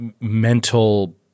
mental –